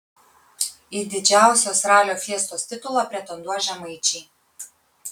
į didžiausios ralio fiestos titulą pretenduos žemaičiai